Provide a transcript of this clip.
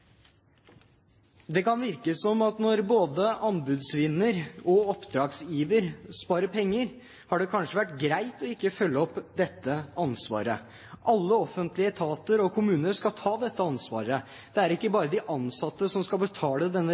Det kan virke som at når både anbudsvinner og oppdragsgiver sparer penger, har det kanskje vært greit ikke å følge opp dette ansvaret. Alle offentlige etater og kommuner skal ta dette ansvaret. Det er ikke bare de ansatte som skal betale denne